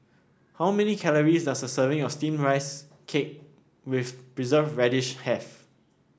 how many calories does a serving of steamed Rice Cake with Preserved Radish have